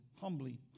humbly